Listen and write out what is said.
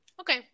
Okay